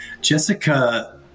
Jessica